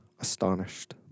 astonished